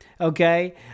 okay